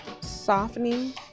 softening